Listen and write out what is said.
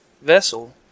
vessel